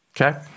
Okay